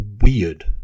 weird